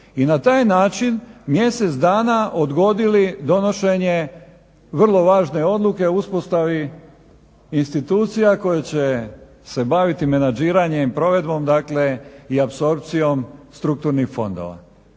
I na taj način mjesec dana odgodili donošenje vrlo važne odluke o uspostavi institucija koje će se baviti menadžiranjem i provedbom i apsorpcijom strukturnih fondova.